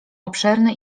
obszerny